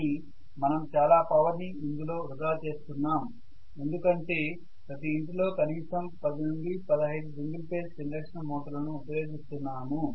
కానీ మనం చాలా పవర్ ని ఇందులో వృధా చేస్తున్నాం ఎందుకంటే ప్రతి ఇంటిలో కనీసం 10 నుండి 15 సింగిల్ ఫేజ్ ఇండక్షన్ మోటార్లను ఉపయోగిస్తున్నాము